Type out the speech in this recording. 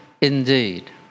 indeed